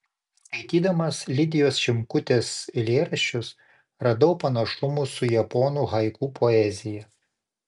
skaitydamas lidijos šimkutės eilėraščius radau panašumų su japonų haiku poezija